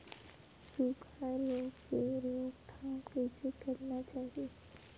सुखा रोग के रोकथाम कइसे करना चाही?